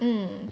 mm